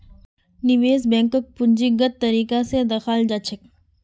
निवेश बैंकक पूंजीगत तरीका स दखाल जा छेक